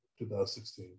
2016